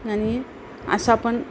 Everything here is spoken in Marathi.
आणि असं आपण